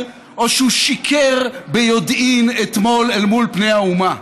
או שהוא שיקר ביודעין אתמול אל מול פני האומה.